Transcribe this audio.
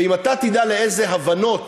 ואם אתה תדע לאיזה הבנות